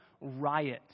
riot